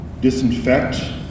disinfect